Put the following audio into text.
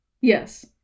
Yes